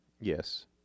Yes